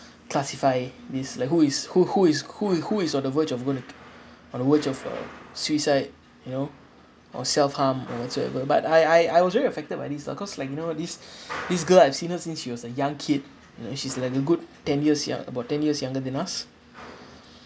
uh classify these like who is who who is who is who is on the verge of going to on the verge of uh suicide you know or self harm or whatsoever but I I I was really affected by this lah cause like you know this this girl I've seen her since she was a young kid you know she's like a good ten years young about ten years younger than us